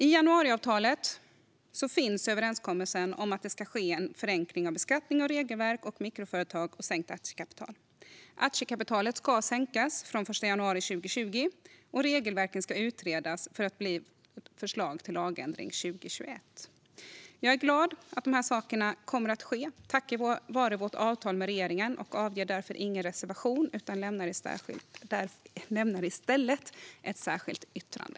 I januariavtalet finns överenskommelsen om att det ska ske en förenkling av beskattning och regelverk för mikroföretagen samt sänkt aktiekapital. Aktiekapitalet ska sänkas från den 1 januari 2020, och regelverken ska utredas för att bli förslag till lagändring 2021. Jag är glad att dessa saker kommer att ske tack vare vårt avtal med regeringen. Vi har därför ingen reservation utan lämnar i stället ett särskilt yttrande.